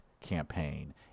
campaign